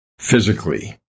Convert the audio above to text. physically